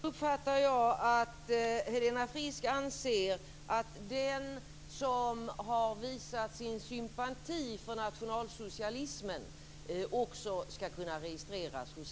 Herr talman! Jag uppfattar uttalandet så att Helena Frisk anser att den som har visat sin sympati för nationalsocialismen också ska kunna registreras hos